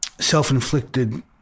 self-inflicted